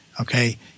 okay